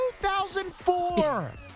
2004